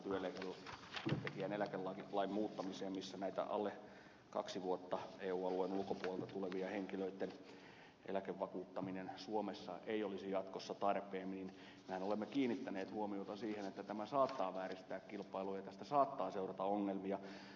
tässä valiokunnan mietinnössä liittyen työntekijäin eläkelain muuttamiseen niin että alle kahdeksi vuodeksi eu alueen ulkopuolelta tulevien henkilöitten eläkevakuuttaminen suomessa ei olisi jatkossa tarpeen olemme kiinnittäneet huomiota siihen että tämä saattaa vääristää kilpailua ja tästä saattaa seurata ongelmia